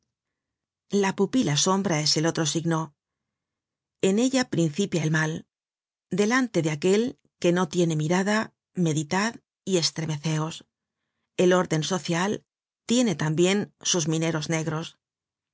la pupila sombra es el otro signo content from google book search generated at en ella principia el mal delante de aquel que no tiene mirada meditad y estremeceos el orden social tiene tambien sus mineros negros